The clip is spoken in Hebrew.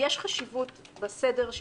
יש חשיבות בסדר,